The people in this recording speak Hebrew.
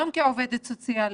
גם כעובדת סוציאלית,